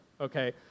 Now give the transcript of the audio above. okay